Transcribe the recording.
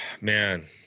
Man